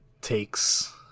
takes